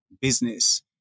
business